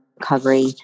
recovery